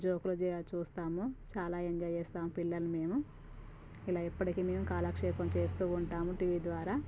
జోకులు చూస్తాము చాలా ఎంజాయ్ చేస్తాం పిల్లలు మేము ఇలా ఎప్పటికి మేము కాలక్షేపం చేస్తూ ఉంటాము టీవీ ద్వారా